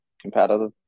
competitive